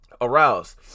aroused